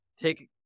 take